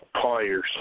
players